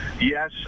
yes